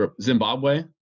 Zimbabwe